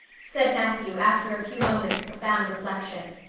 said matthew after a few moments' profound reflection.